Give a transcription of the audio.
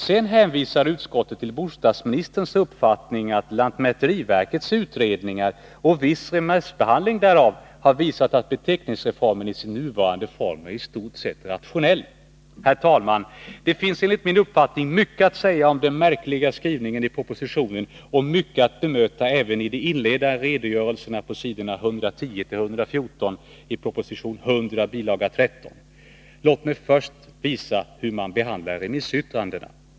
Sedan hänvisar utskottet till bostadsministerns uppfattning att lantmäteriverkets utredningar och viss remissbehandling därav har visat att beteckningsreformen i sin nuvarande form är i stort sett rationell. Herr talman! Det finns enligt min uppfattning mycket att säga om den märkliga skrivningen i propositionen och mycket att bemöta även i de inledande redogörelserna på s. 110-114 i proposition 100 bil. 13. Låt mig först visa hur man behandlar remissyttrandena.